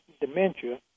dementia